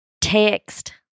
text